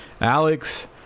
Alex